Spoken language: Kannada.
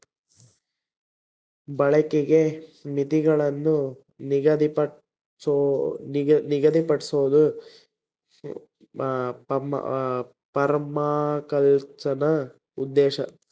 ಬಳಕೆಗೆ ಮಿತಿಗುಳ್ನ ನಿಗದಿಪಡ್ಸೋದು ಪರ್ಮಾಕಲ್ಚರ್ನ ಉದ್ದೇಶ